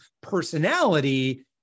personality